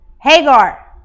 Hagar